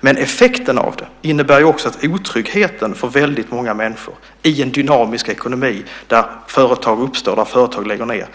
Men effekten av det innebär också att otryggheten för väldigt många människor i en dynamisk ekonomi där företag uppstår och företag lägger ned